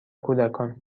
کودکان